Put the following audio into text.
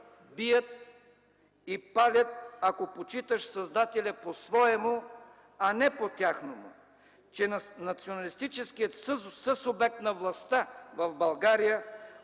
бият и палят, ако почиташ Създателя по своему, а не по тяхному, че националистическият съсубект на властта в България